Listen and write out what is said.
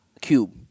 Cube